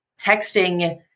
texting